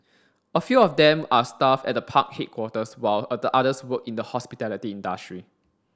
a few of them are staff at the park headquarters while others work in the hospitality industry